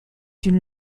une